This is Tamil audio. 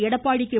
எடப்பாடி கே